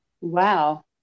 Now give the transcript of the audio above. Wow